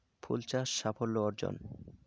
ফুল চাষ সাফল্য অর্জন?